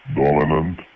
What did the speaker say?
dominant